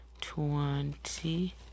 twenty